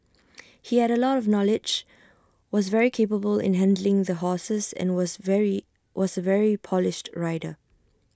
he had A lot of knowledge was very capable in handling the horses and was very was A very polished rider